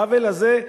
העוול הזה,